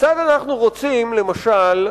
כיצד אנחנו רוצים, למשל,